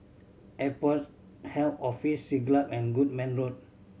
Airport Health Office Siglap and Goodman Road